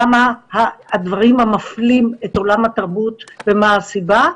למה הדברים המפלים את עולם התרבות ומה הסיבה,